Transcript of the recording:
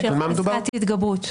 פסקת התגברות.